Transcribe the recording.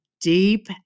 deep